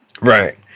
Right